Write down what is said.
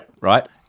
Right